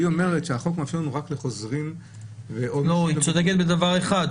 היא אומרת שהחוק מאפשר לנו רק לחוזרים או --- היא צודקת בדבר אחד,